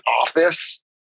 office